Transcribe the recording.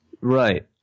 Right